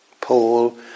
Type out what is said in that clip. Paul